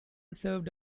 served